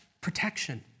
protection